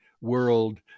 world